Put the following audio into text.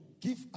Give